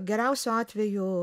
geriausiu atveju